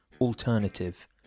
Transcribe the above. alternative